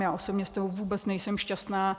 Já osobně z toho vůbec nejsem šťastná.